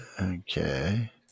Okay